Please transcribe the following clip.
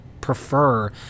prefer